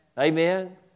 Amen